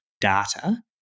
data